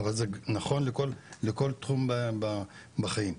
אבל זה נכון לכל תחום בחיים.